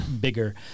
bigger